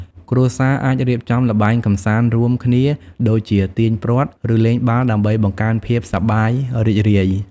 គ្រួសារអាចរៀបចំល្បែងកម្សាន្តរួមគ្នាដូចជាទាញព្រ័ត្រ ឬលេងបាល់ដើម្បីបង្កើនភាពសប្បាយរីករាយ។